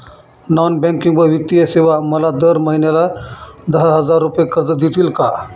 Non banking व वित्तीय सेवा मला दर महिन्याला दहा हजार रुपये कर्ज देतील का?